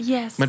Yes